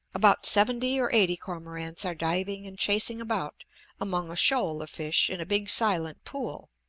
about seventy or eighty cormorants are diving and chasing about among a shoal of fish in a big silent pool,